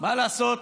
מה לעשות,